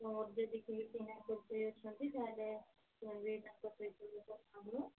ତୁମର ଯଦି ବି କିଏ ଚିହ୍ନା ପରିଚୟ ଅଛନ୍ତି ତୁମେ ବି ତାଙ୍କ ସହିତ କଥା ହୁଅ